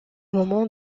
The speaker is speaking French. moment